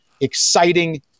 exciting